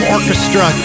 Orchestra